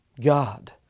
God